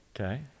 Okay